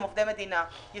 זה